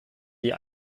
die